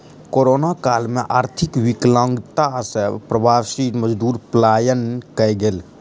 corona काल में आर्थिक विकलांगता सॅ प्रवासी मजदूर पलायन कय गेल